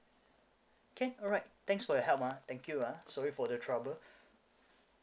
can alright thanks for your help ah thank you ah sorry for the trouble